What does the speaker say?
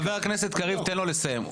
חבר הכנסת קריב, תן לו לסיים.